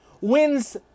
wins